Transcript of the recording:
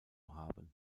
haben